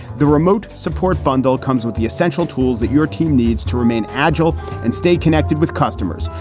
the remote support bundle comes with the essential tools that your team needs to remain agile and stay connected with customers,